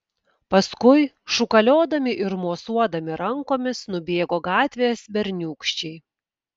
paskui šūkalodami ir mosuodami rankomis nubėgo gatvės berniūkščiai